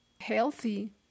Healthy